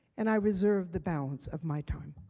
and i reserve the balance of my time.